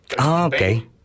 okay